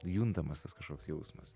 juntamas tas kažkoks jausmas